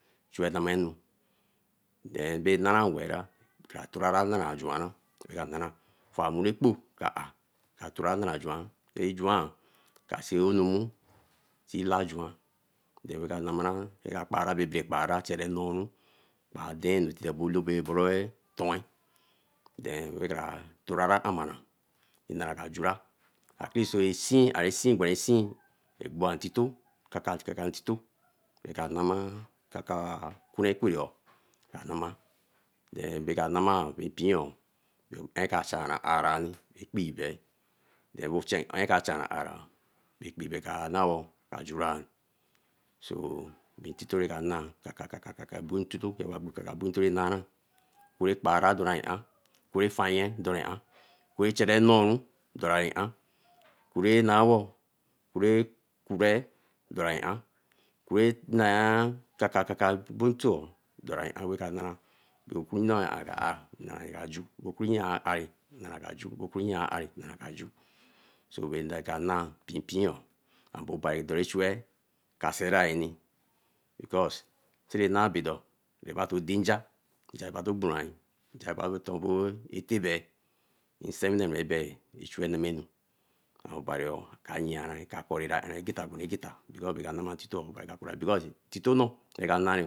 Chure namee anu, bay nara weeh ra kra towa anara juan ra ka nara, famu ra kpo ka are, ka tora anara juran, ti juan, ka see onu mmu see la juan then ra ka namaria, kpara babee kpara, wen nnooru kpa denu tite bae boron towen then ra kara tora amaron nnora ka lura, ra ka namara, bae ka jura so ntito ray ka nah kakaka boin ntito kakaka boin ntito ra nara wey kpara doriya, oku chere neeru doraninya kura nawo kura kure dorinyan, kure nae kaka kaka bentou dorinya ra ka na, okane ari nara kaju, bae kuno ari nara kaju bae ka nae because ra na bido abato danja, nja bato borain, nja baten abote bae, nsewine bre bae ra neme anu, obari ka yarin ka kori dere geta dere geta raka nama ntito oo, ntito noo ra ka noy